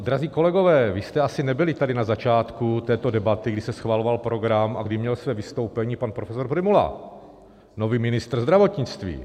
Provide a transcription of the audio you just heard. Drazí kolegové, vy jste asi nebyli tady na začátku této debaty, kdy se schvaloval program a kdy měl své vystoupení pan profesor Prymula, nový ministr zdravotnictví.